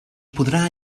podrà